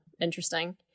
interesting